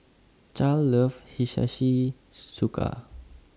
Charle loves Hiyashi Chuka